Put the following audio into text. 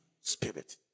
spirit